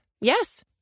Yes